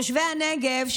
תושבי הנגב,